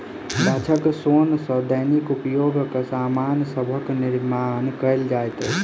गाछक सोन सॅ दैनिक उपयोगक सामान सभक निर्माण कयल जाइत अछि